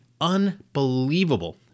unbelievable